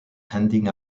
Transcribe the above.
handing